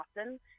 often